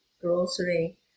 grocery